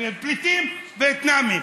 פליטים וייטנאמים.